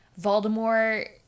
Voldemort